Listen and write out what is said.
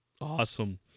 Awesome